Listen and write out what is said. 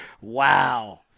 Wow